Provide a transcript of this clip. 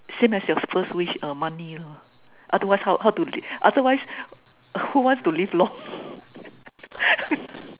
same as your first wish err money lor otherwise how how to live otherwise who wants to live long